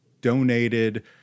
donated